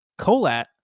Colat